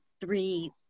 three